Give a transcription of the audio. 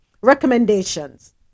recommendations